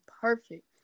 perfect